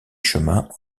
chemin